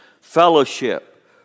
fellowship